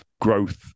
growth